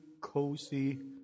cozy